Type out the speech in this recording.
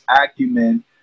acumen